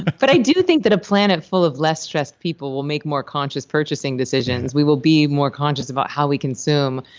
but i do think that a planet full of less-stressed people will make more conscious purchasing decisions. we will be more conscious about how we consume,